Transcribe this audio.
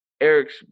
eric's